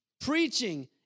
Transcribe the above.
preaching